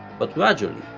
but gradually,